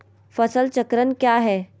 फसल चक्रण क्या है?